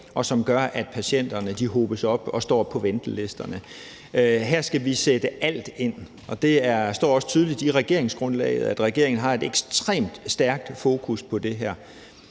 og som gør, at patienterne hobes op og står på ventelisterne. Her skal vi sætte alt ind. Og det står også tydeligt i regeringsgrundlaget, at regeringen har et ekstremt stærkt fokus på det her.